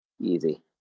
easy